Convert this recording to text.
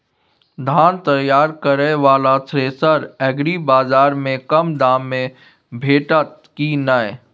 धान तैयार करय वाला थ्रेसर एग्रीबाजार में कम दाम में भेटत की नय?